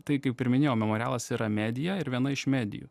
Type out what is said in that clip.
tai kaip ir minėjau memorialas yra medija ir viena iš medijų